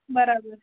બરાબર